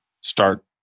start